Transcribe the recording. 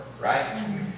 right